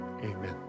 Amen